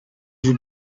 vous